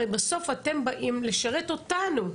הרי בסוף אתם באים לשרת אותנו,